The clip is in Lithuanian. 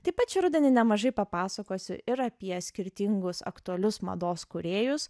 taip pat šį rudenį nemažai papasakosiu ir apie skirtingus aktualius mados kūrėjus